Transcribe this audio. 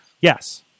Yes